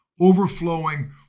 overflowing